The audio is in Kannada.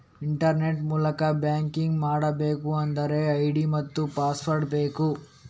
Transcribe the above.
ಇಂಟರ್ನೆಟ್ ಮೂಲಕ ಬ್ಯಾಂಕಿಂಗ್ ಮಾಡ್ಬೇಕು ಅಂತಾದ್ರೆ ಐಡಿ ಮತ್ತೆ ಪಾಸ್ವರ್ಡ್ ಬೇಕು